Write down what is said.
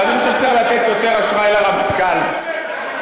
ואני חושב שצריך לתת יותר אשראי לרמטכ"ל על